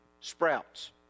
sprouts